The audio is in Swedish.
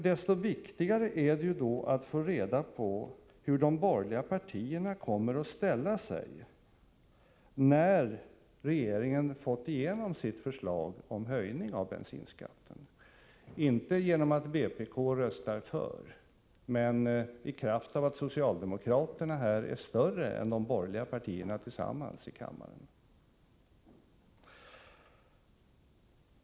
Desto viktigare är det då att få reda på hur de borgerliga partierna kommer att ställa sig när regeringen har fått igenom sitt förslag om höjning av bensinskatten, inte genom att vpk röstar för, utan i kraft av att det socialdemokratiska partiet är större än de borgerliga partierna tillsammans i kammaren.